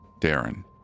Darren